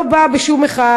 לא באה בשום מחאה.